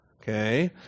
Okay